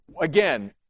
Again